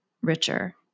richer